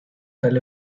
tal